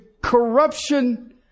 corruption